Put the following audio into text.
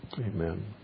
amen